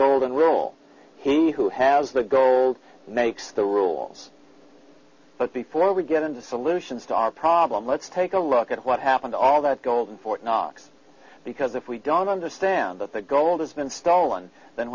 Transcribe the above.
golden rule he who has the gold makes the rules but before we get into solutions to our problem let's take a look at what happened to all that gold in fort knox because if we don't understand that the gold has been stolen then